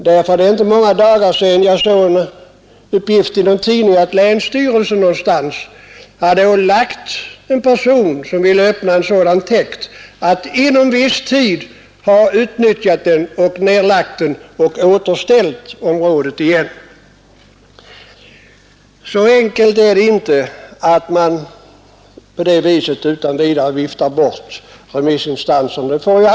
Det är inte många dagar sedan som jag i en tidningsartikel läste att en länsstyrelse någonstans hade ålagt en person som ville öppna en sådan täkt att inom viss tid ha utnyttjat den, nedlagt den och återställt området i sitt ursprungliga skick. Så enkelt är det inte att man utan vidare bara kan vifta bort remissinstansernas yttranden.